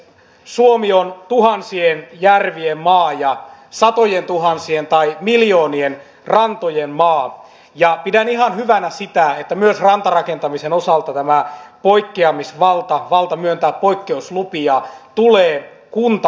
suomi on tuhansien järvien maa ja satojentuhansien tai miljoonien rantojen maa ja pidän ihan hyvänä sitä että myös rantarakentamisen osalta tämä poikkeamisvalta valta myöntää poikkeuslupia tulee kuntatasolle